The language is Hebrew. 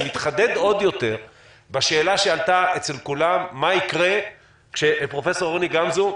זה מתחדד עוד יותר בשאלה שעלתה אצל כולם: מה יקרה כשפרופ' רוני גמזו,